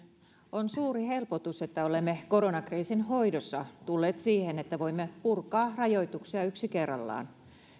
on suuri helpotus että olemme koronakriisin hoidossa tulleet siihen että voimme purkaa rajoituksia yksi kerrallaan